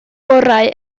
gorau